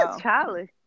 Charlie